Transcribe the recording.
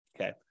Okay